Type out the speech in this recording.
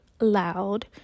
loud